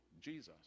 Jesus